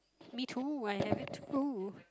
me too I have it too